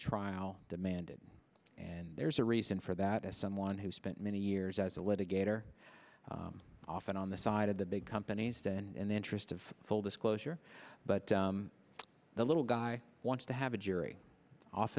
trial demanded and there's a reason for that as someone who spent many years as a litigator often on the side of the big companies then in the interest of full disclosure but the little guy wants to have a jury